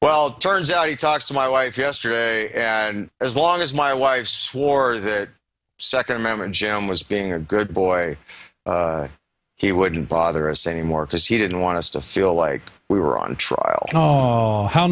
well turns out he talks to my wife yesterday and as long as my wife swore that second member jim was being a good boy he wouldn't bother us any more because he didn't want us to feel like we were on trial oh how